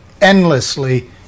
endlessly